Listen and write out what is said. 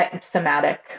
somatic